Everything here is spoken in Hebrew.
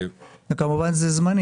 וכמובן זה זמני,